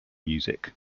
music